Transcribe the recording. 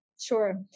Sure